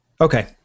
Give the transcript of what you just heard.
Okay